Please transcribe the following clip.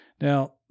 now